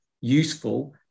useful